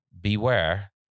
beware